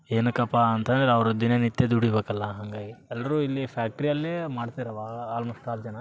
ಏನಕಪ್ಪಾ ಅಂತಂದ್ರೆ ಅವ್ರು ದಿನನಿತ್ಯ ದುಡಿಬೇಕಲ್ಲ ಹಂಗಾಗಿ ಎಲ್ಲರು ಇಲ್ಲಿ ಫ್ಯಾಕ್ಟ್ರಿಯಲ್ಲೇ ಮಾಡ್ತಾರೆ ಅಲ್ಮೊಸ್ಟ್ ಆಲ್ ಜನ